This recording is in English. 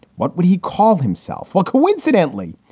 what would he call himself? well, coincidentally,